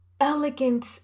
elegant